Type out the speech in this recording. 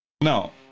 now